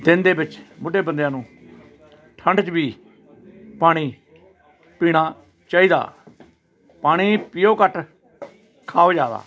ਦਿਨ ਦੇ ਵਿੱਚ ਬੁੱਢੇ ਬੰਦਿਆਂ ਨੂੰ ਠੰਡ 'ਚ ਵੀ ਪਾਣੀ ਪੀਣਾ ਚਾਹੀਦਾ ਪਾਣੀ ਪੀਓ ਘੱਟ ਖਾਓ ਜ਼ਿਆਦਾ